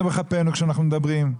גם אנחנו שמים נפשנו בכפנו כשאנחנו מדברים,